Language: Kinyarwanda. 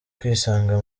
kwisanga